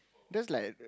that's like